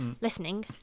listening